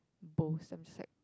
Bose I'm